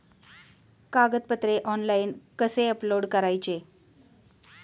कागदपत्रे ऑनलाइन कसे अपलोड करायचे?